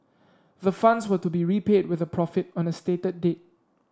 the funds were to be repaid with a profit on a stated date